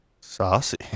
Saucy